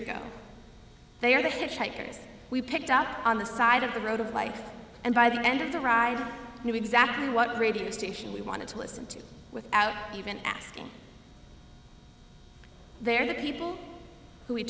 ago they are the shakers we picked up on the side of the road of life and by the end of the ride i knew exactly what radio station we wanted to listen to without even asking they are the people who we